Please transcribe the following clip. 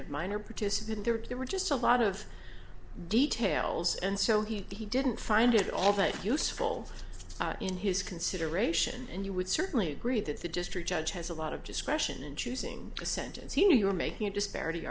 of minor participant there were just a lot of details and so he didn't find it all that useful in his consideration and you would certainly agree that the district judge has a lot of discretion in choosing a sentence he knew you were making a disparity